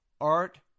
Art